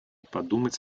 подумать